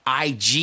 IG